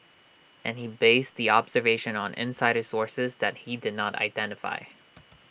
and he based the observation on insider sources that he did not identify